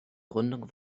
gründung